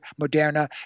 Moderna